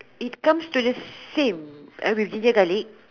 it comes to the same with ginger garlic